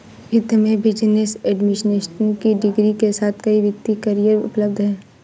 वित्त में business administration की डिग्री के साथ कई वित्तीय करियर उपलब्ध हैं